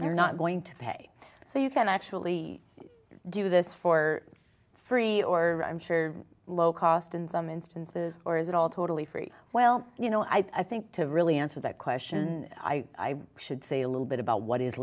site they're not going to pay so you can actually do this for free or i'm sure low cost in some instances or is it all totally free well you know i think to really answer that question i should say a little bit about what is